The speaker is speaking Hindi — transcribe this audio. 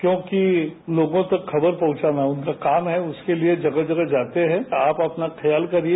क्योंकि लोगों तक खबर पहुंचाना उनका काम है उसके लिएजगह जगह जाते हैं आप अपना ख्याल करिए